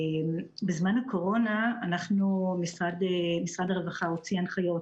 בזמן הקורונה משרד הרווחה הוציא הנחיות